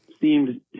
seemed